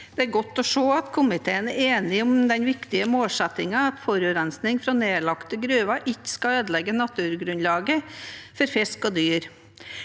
Det er godt å se at ko- miteen er enig om den viktige målsettingen at forurensning fra nedlagte gruver ikke skal ødelegge naturgrunnlaget for fisk og dyr,